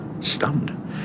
stunned